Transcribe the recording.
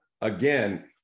again